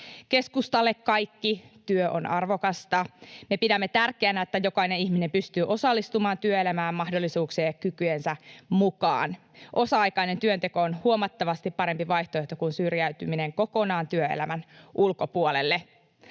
Keskustalle kaikki työ on arvokasta. Me pidämme tärkeänä, että jokainen ihminen pystyy osallistumaan työelämään mahdollisuuksien ja kykyjensä mukaan. Osa-aikainen työnteko on huomattavasti parempi vaihtoehto kuin syrjäytyminen kokonaan työelämän ulkopuolelle.